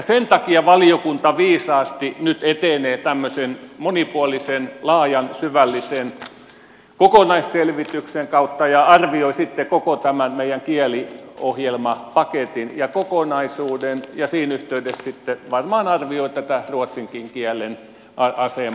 sen takia valiokunta viisaasti nyt etenee tämmöisen monipuolisen laajan syvällisen kokonaisselvityksen kautta ja arvioi sitten koko tämän meidän kieliohjelmapakettimme ja kokonaisuuden ja siinä yhteydessä sitten varmaan arvioi tätä ruotsin kielenkin asemaa